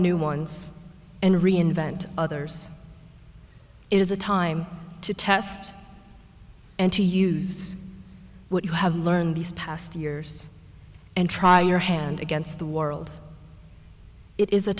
new ones and reinvent others it is a time to test and to use what you have learned these past years and try your hand against the world it is a